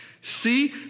See